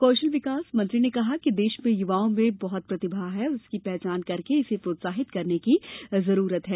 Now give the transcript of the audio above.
कौशल विकास मंत्री ने कहा कि देश में युवाओं में बहुत प्रतिभा है और इसकी पहचान करके इसे प्रोत्साहित करने की जरूरत है